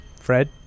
Fred